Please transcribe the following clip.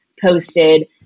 posted